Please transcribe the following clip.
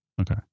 Okay